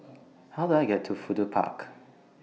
How Do I get to Fudu Park